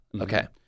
Okay